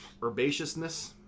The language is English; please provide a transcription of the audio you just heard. herbaceousness